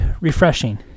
refreshing